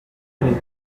année